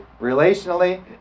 relationally